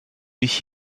dich